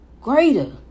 greater